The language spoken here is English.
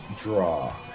draw